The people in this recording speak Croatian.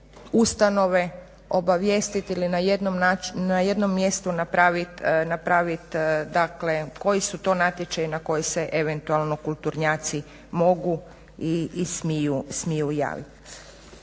ustanove obavijestiti ili na jednom mjestu napraviti dakle koji su to natječaji na koje se eventualno kulturnjaci mogu i smiju javiti.